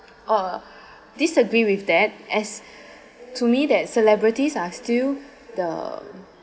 uh disagree with that as to me that celebrities are still the